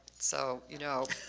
so, you know,